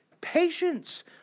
patience